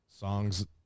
Songs